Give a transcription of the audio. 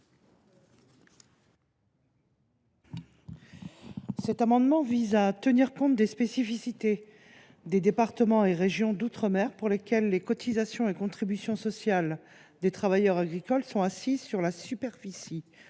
Naminzo vise à tenir compte des spécificités des départements et des régions d’outre mer, dans lesquels les cotisations et les contributions sociales des travailleurs agricoles sont assises sur la superficie